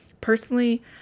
Personally